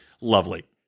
Lovely